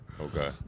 Okay